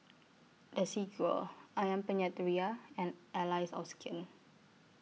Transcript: Desigual Ayam Penyet Ria and Allies of Skin